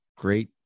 Great